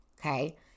Okay